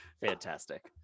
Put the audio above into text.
Fantastic